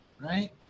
right